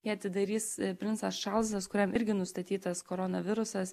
ją atidarys princas čarlzas kuriam irgi nustatytas koronavirusas